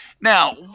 now